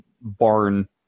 barn